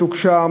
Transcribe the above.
מתוקשר,